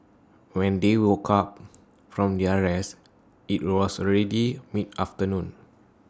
when they woke up from their rest IT was already mid afternoon